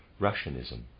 Russianism